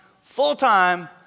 Full-time